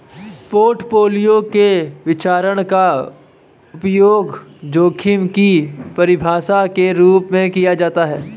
portfolio के विचरण का उपयोग जोखिम की परिभाषा के रूप में किया जाता है